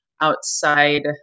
outside